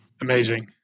Amazing